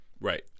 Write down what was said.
Right